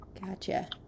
Gotcha